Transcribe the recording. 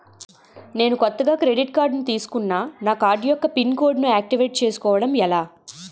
నేను కొత్తగా credit card తిస్కున్నా నా కార్డ్ యెక్క పిన్ కోడ్ ను ఆక్టివేట్ చేసుకోవటం ఎలా?